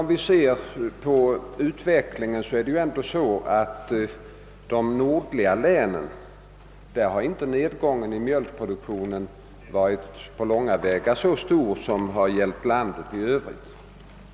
Om vi ser på utvecklingen av mjölkproduktionen finner vi att nedgången i produktionen inom de nordligaste länen inte på långa vägar har varit så stor som för landet i övrigt.